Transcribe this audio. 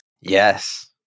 Yes